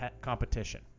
competition